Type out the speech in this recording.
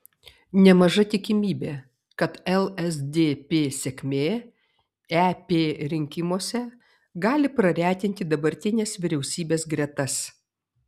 nemaža tikimybė kad lsdp sėkmė ep rinkimuose gali praretinti dabartinės vyriausybės gretas